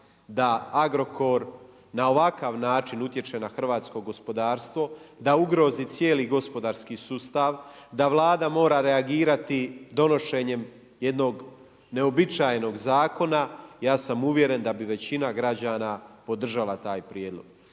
da Agrokor na ovakav način utječe na hrvatsko gospodarstvo, da ugrozi cijeli gospodarski sustav, da Vlada mora reagirati donošenjem jednog neuobičajenog zakona, ja sam uvjeren da bi većina građana podržava taj prijedlog